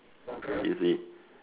you see